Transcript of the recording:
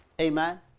Amen